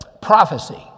prophecy